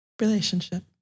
relationship